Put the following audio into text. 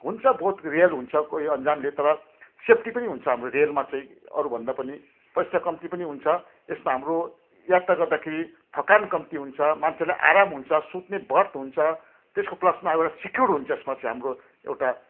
हुन्छ बहुत रियर हुन्छ कोही अन्जानले तर सेफ्टी पनि हुन्छ हाम्रो रेलमा चाहिँ अरू भन्दा पनि पैसा कम्ती पनि हुन्छ यसमा हाम्रो यात्रा गर्दाखेरि थकान कम्ती हुन्छ मान्छेलाई आराम हुन्छ सुत्ने बर्थ हुन्छ त्यसको प्लसमा एउटा सिक्योर हुन्छ यसमा चाहिँ हाम्रो एउटा